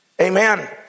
Amen